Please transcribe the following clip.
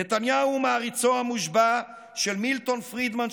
נתניהו הוא מעריצו המושבע של מילטון פרידמן,